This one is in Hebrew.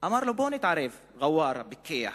אמר לו ע'וואר, הפיקח: